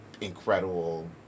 incredible